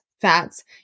fats